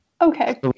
Okay